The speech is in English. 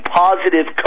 positive